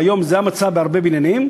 והיום זה המצב בהרבה בניינים,